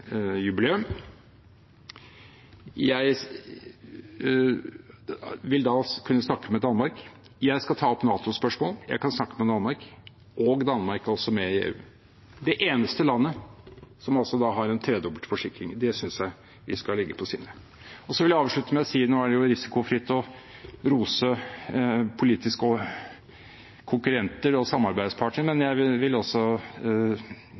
jubileum, jeg vil da kunne snakke med Danmark. Jeg skal ta opp NATO-spørsmål, jeg kan snakke med Danmark. Og Danmark er også med i EU. Det er det eneste landet som har en tredobbelt forsikring. Det synes jeg vi skal legge oss på sinne. Så vil jeg avslutte med å si, nå er det jo risikofritt å rose politiske konkurrenter og